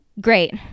Great